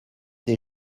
des